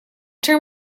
term